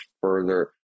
further